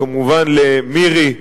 כמובן למירי,